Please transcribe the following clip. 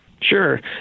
Sure